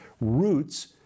Roots